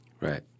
Right